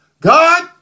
God